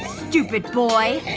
stupid boy.